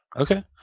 Okay